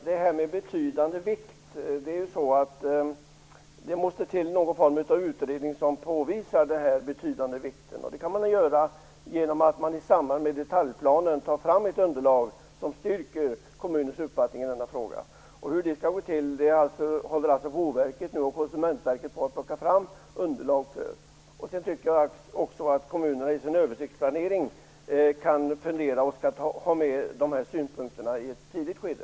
Fru talman! Jag vill beröra det här med betydande vikt. Det måste till någon form av utredning som påvisar denna betydande vikt. Det kan man göra genom att man i samband med detaljplanen tar fram ett underlag som styrker kommunens uppfattning i denna fråga. Hur det skall gå till håller Boverket och Konsumentverket på att plocka fram underlag för. Kommunerna kan i sin översiktsplanering ha med dessa synpunkter i ett tidigt skede.